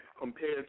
compared